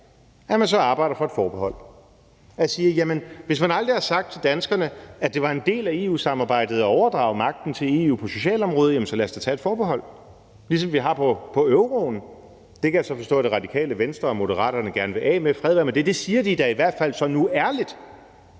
ja til, arbejder for et forbehold. Hvis man aldrig har sagt til danskerne, at det var en del af EU-samarbejdet at overdrage magten til EU på socialområdet, så lad os da tage et forbehold, ligesom vi har på euroen. Jeg kan så forstå, at Radikale Venstre og Moderaterne gerne vil af med, og fred være med det, det siger de da i hvert fald nu ærligt.